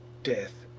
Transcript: death,